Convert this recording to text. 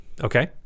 Okay